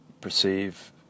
perceive